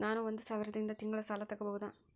ನಾನು ಒಂದು ಸಾವಿರದಿಂದ ತಿಂಗಳ ಸಾಲ ತಗಬಹುದಾ?